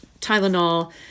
Tylenol